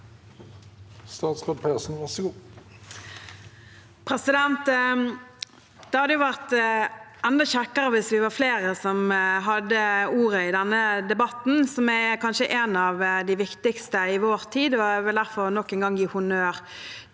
Det hadde vært enda kjekkere hvis vi var flere som hadde ordet i denne debatten, som kanskje er en av de viktigste i vår tid. Jeg vil derfor nok en gang gi honnør